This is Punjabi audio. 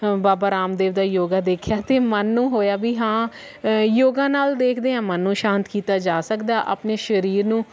ਬਾਬਾ ਰਾਮਦੇਵ ਦਾ ਯੋਗਾ ਦੇਖਿਆ ਅਤੇ ਮਨ ਨੂੰ ਹੋਇਆ ਵੀ ਹਾਂ ਯੋਗਾ ਨਾਲ ਦੇਖਦੇ ਹਾਂ ਮਨ ਨੂੰ ਸ਼ਾਂਤ ਕੀਤਾ ਜਾ ਸਕਦਾ ਆਪਣੇ ਸਰੀਰ ਨੂੰ